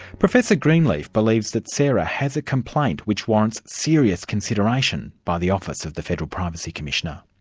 professor greenleaf believes that sara has a complaint which warrants serious consideration by the office of the federal privacy commissioner.